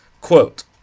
Quote